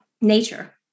nature